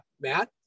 Matt